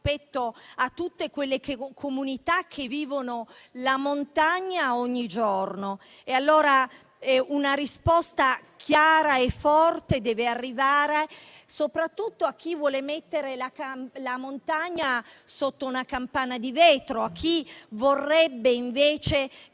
a tutte quelle comunità che vivono la montagna ogni giorno. Una risposta chiara e forte deve arrivare soprattutto a chi vuole mettere la montagna sotto una campana di vetro, a chi vorrebbe, invece,